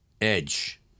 edge